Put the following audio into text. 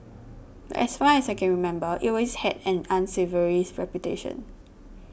but as far as I can remember it always had an unsavoury reputation